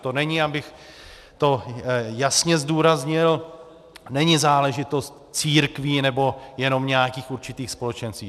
To není, abych to jasně zdůraznil, není záležitost církví nebo jenom nějakých určitých společenství.